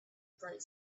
bright